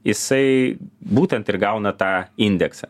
jisai būtent ir gauna tą indeksą